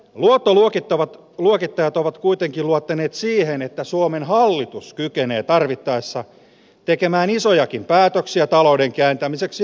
luottoluokittavat luokiteltavat kuitenkin luottaneet siihen että suomen hallitus kykenee tarvittaessa tekemään isojakin päätöksiä talouden kääntämiseksi